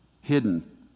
hidden